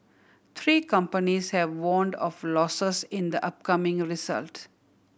three companies have warned of losses in the upcoming result